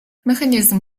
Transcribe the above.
механізм